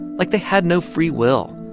like they had no free will,